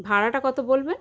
ভাড়াটা কত বলবেন